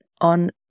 on